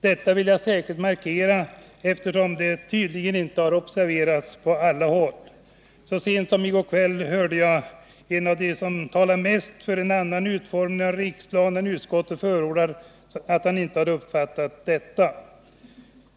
Detta vill jag särskilt betona, eftersom det tydligen inte har observerats på alla håll. Så sent som i går kväll hörde jag att en av dem som talar mest för en annan utformning av Riksplan än den utskottet förordar inte har uppfattat detta.